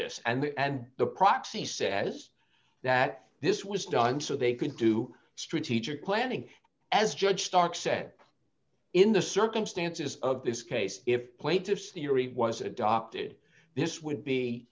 this and the proxy says that this was done so they could do strategic planning as judge stark said in the circumstances of this case if plaintiffs the yury was adopted this would be